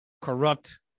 corrupt